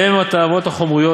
והם הם התאוות החומריות,